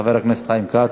חבר הכנסת חיים כץ,